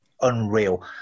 unreal